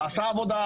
נעשתה עבודה,